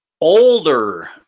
older